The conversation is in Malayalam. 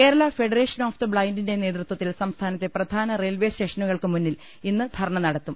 കേരള ഫെഡറേഷൻ ഓഫ് ദി ബ്ലൈൻഡിന്റെ നേതൃത്വത്തിൽ സംസ്ഥാനത്തെ പ്രധാന റെയിൽവെസ്റ്റേഷനുകൾക്ക് മുന്നിൽ ഇന്ന് ധർണ നടത്തും